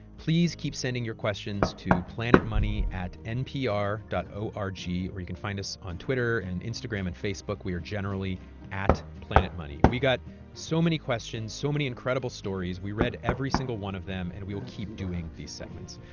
please keep sending your questions to planetmoney at npr dot o r g. or you can find us on twitter and instagram and facebook. we are generally at planetmoney. we got so many questions, so many incredible stories. we read every single one of them. and we will keep doing these segments.